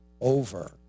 over